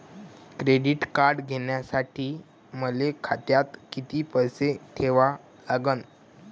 Credit card घ्यासाठी मले खात्यात किती पैसे ठेवा लागन?